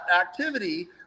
activity